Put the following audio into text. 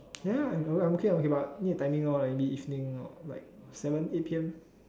ya I'm okay I'm okay but need a timing lor like maybe evening or or seven eight P_M